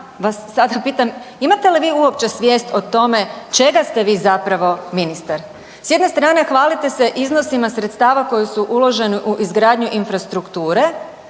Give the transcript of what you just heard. vas sada pitam imate li vi uopće svijest o tome čega ste vi zapravo ministar? S jedne strane hvalite se iznosima sredstava koji su uloženi u izgradnju infrastrukture,